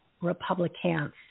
republicans